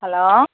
hello